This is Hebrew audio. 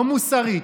לא מוסרית,